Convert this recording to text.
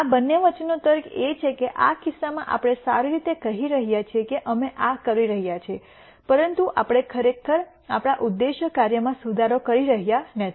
આ બંને વચ્ચેનો તર્ક એ છે કે આ કિસ્સામાં આપણે સારી રીતે કહી રહ્યા છીએ કે અમે આ કરી રહ્યા છીએ પરંતુ આપણે ખરેખર આપણા ઉદ્દેશ્ય કાર્યમાં સુધારો કરી રહ્યા નથી